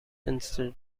instead